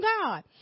God